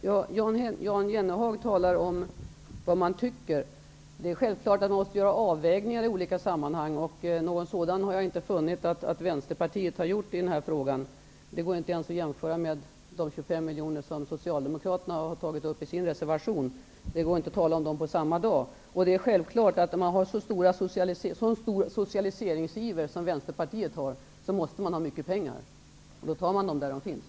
Herr talman! Jan Jennehag talar om vad man tycker. Självklart måste man göra avvägningar i olika sammanhang. Men någon sådan avvägning har jag inte funnit att Vänsterpartiet har gjort i denna fråga. Det går inte ens att jämföra med de 25 miljoner kronor som Socialdemokraterna har tagit upp i sin reservation. Det går inte att tala om de pengarna på samma dag. Har man så stor socialiseringsiver som Vänsterpartiet har, måste man givetvis ha mycket pengar, och då tar man dem där de finns.